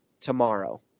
tomorrow